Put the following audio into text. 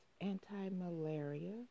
anti-malaria